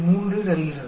3 தருகிறது